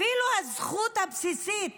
אפילו הזכות הבסיסית